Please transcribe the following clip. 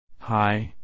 Hi